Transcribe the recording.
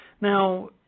now